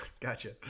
gotcha